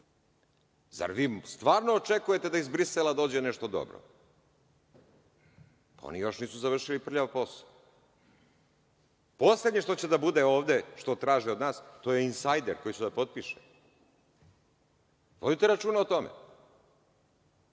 Zar vi stvarno očekujete da iz Brisela dođe nešto dobro? Oni još nisu završili prljav posao. Poslednje što će da bude ovde, što traže od nas, to je insajder koji će da potpiše. Vodite računa o tome.